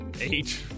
Eight